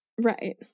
Right